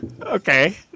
okay